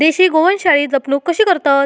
देशी गोवंशाची जपणूक कशी करतत?